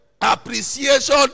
Appreciation